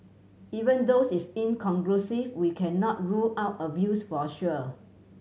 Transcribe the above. even though it's inconclusive we cannot rule out abuse for a sure